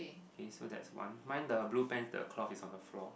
okay so that's one mine the blue pants the cloth is on the floor